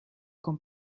con